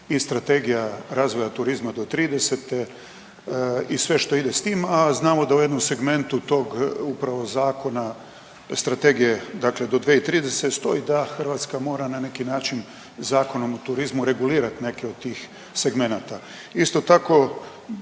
i Strategija razvoja turizma do '30.-te i sve što ide s tim, a znamo da u jednom segmentu tog upravo zakona Strategije dakle do 2030. stoji da Hrvatska mora na neki način Zakonom o turizmu regulirat neke od tih segmenata. Isto tako